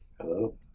Hello